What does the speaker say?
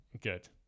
good